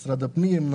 משרד הפנים,